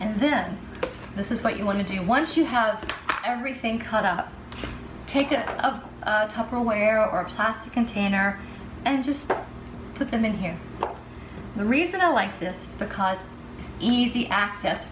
and then this is what you want to do once you have everything cut up take it out of tupperware or plastic container and just put them in here the reason i like this because easy access